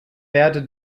werde